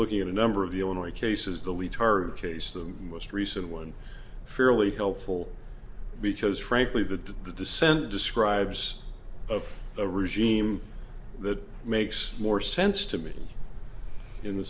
looking at a number of the illinois cases the lead car case them most recent one fairly helpful because frankly that the descent describes of a regime that makes more sense to me in the